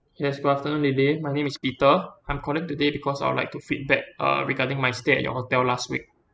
yes good afternoon lily my name is peter I'm calling today because I would like to feedback uh regarding my stay at your hotel last week